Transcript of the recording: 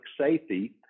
safety